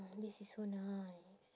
this is so nice